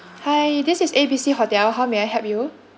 hi this is A B C hostel how may I help you